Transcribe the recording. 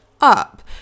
up